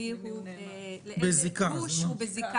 עם מי הוא בגוש ובזיקה,